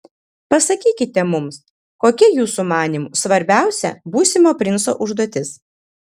pasakykite mums kokia jūsų manymu svarbiausia būsimo princo užduotis